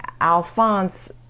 Alphonse